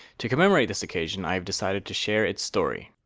to commemorate this occasion, i have decided to share it's story.